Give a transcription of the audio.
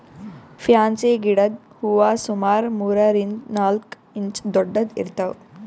fancy ಗಿಡದ್ ಹೂವಾ ಸುಮಾರ್ ಮೂರರಿಂದ್ ನಾಲ್ಕ್ ಇಂಚ್ ದೊಡ್ಡದ್ ಇರ್ತವ್